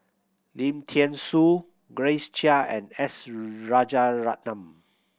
Lim Thean Soo Grace Chia and S Rajaratnam